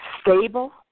stable